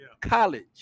college